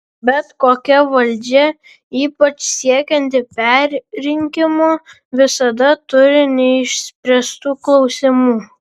bet kokia valdžia ypač siekianti perrinkimo visada turi neišspręstų klausimų